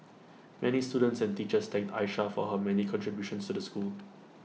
many students and teachers thanked Aisha for her many contributions to the school